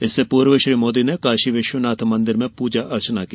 इससे पूर्व श्री मोदी ने काशी विश्वनाथ मंदिर में प्रजा अर्चना की